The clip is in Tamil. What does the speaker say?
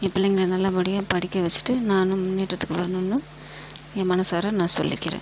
என் பிள்ளைங்கள நல்லபடியாக படிக்க வச்சுட்டு நானும் முன்னேற்றத்துக்கு வரணும்னு என் மனதார நான் சொல்லிக்கிறேன்